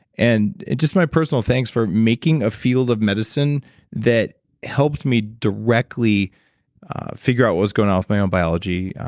and just my personal thanks for making a field of medicine that helped me directly figure out what was going on with my own biology,